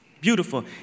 beautiful